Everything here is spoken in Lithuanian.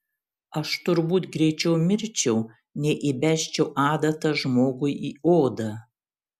aš turbūt greičiau mirčiau nei įbesčiau adatą žmogui į odą